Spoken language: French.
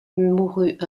mourut